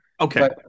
okay